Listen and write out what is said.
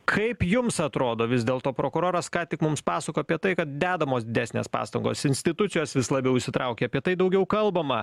kaip jums atrodo vis dėl to prokuroras ką tik mums pasakojo apie tai kad dedamos didesnės pastangos institucijos vis labiau įsitraukia apie tai daugiau kalbama